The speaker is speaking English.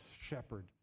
shepherd